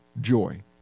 joy